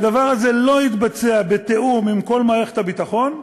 שהדבר הזה לא התבצע בתיאום עם כל מערכת הביטחון.